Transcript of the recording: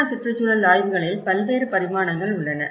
கட்டுமான சுற்றுச்சூழல் ஆய்வுகளில் பல்வேறு பரிமாணங்கள் உள்ளன